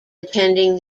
attending